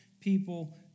people